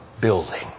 building